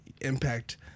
impact